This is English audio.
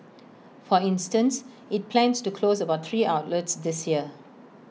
for instance IT plans to close about three outlets this year